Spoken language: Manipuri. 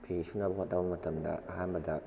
ꯐꯤ ꯁꯨꯅꯕ ꯍꯣꯠꯅꯕ ꯃꯇꯝꯗ ꯑꯍꯥꯟꯕꯗ